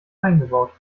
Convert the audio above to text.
eingebaut